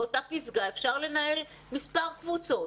באותה פסגה אפשר לנהל מספר קבוצות.